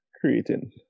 creating